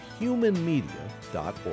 humanmedia.org